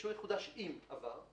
האישור יחודש אם עבר"